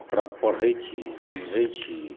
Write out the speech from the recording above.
ओकरा पढ़ै छी समझै छी